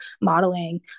modeling